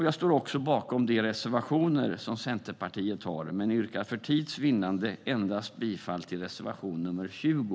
Jag står också bakom de reservationer som Centerpartiet har men yrkar för tids vinnande bifall endast till reservation nr 20.